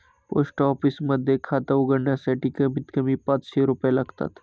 post office मध्ये खात उघडण्यासाठी कमीत कमी पाचशे रुपये लागतात